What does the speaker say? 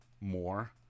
more